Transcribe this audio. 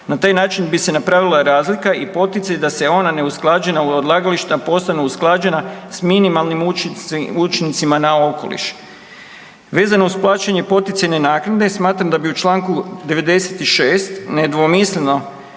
Na taj način bi se napravila razlika i poticaj da se ona neusklađena odlagališta posebno usklađena s minimalnim učincima na okoliš. Vezano uz plaćanje poticajne naknade smatram da bi u čl. 96.trebalo nedvosmisleno